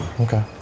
Okay